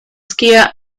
skier